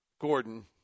Gordon